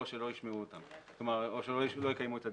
או שלא יקיימו את הדיון.